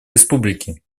республики